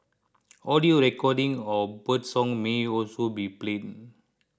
audio recordings of birdsong may also be played